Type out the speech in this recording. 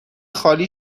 خالی